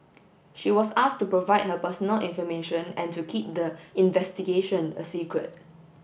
she was asked to provide her personal information and to keep the investigation a secret